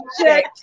Check